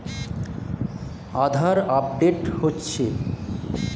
আধার update হচ্ছে?